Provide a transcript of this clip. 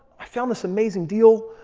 i found this amazing deal.